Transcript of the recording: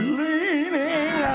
leaning